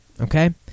okay